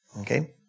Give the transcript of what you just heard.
Okay